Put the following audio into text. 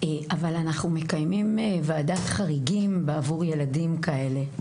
אבל אנחנו מקיימים ועדת חריגים בעבור ילדים כאלה.